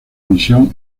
misión